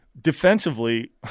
defensively